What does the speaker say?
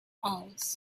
hours